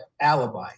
alibi